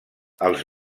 els